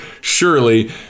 surely